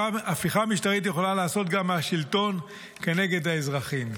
הפיכה משטרית יכולה להיעשות גם מהשלטון כנגד האזרחים.